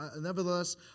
Nevertheless